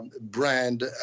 brand